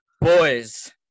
boys